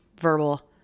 verbal